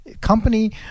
company